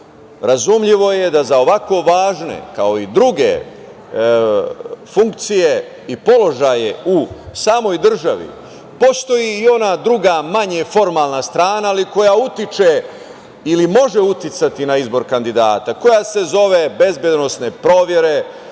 razumljivo je da za ovakvo važne, kao i druge funkcije i položaje u samoj državi postoji i ona druga manje formalna strana koja utiče ili može uticati na izbor kandidata, koja se zove bezbedonosne provere